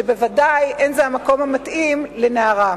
ובוודאי אין זה המקום המתאים לנערה.